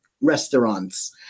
restaurants